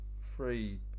three